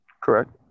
Correct